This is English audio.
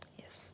yes